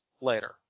later